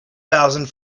thousand